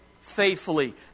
faithfully